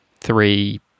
three